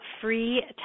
free